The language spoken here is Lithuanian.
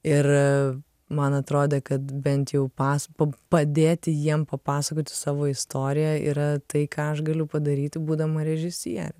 ir man atrodė kad bent jau pas padėti jiem papasakoti savo istoriją yra tai ką aš galiu padaryti būdama režisierė